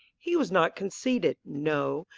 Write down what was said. he was not conceited, no,